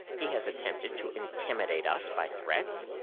he has attempted to intimidate us by threats.